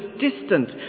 distant